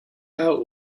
out